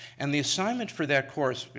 and the assignment for that course, but